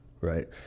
Right